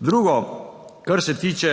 Drugo, kar se tiče